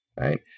right